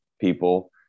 people